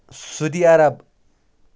Saudi Arab